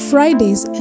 Fridays